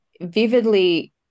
vividly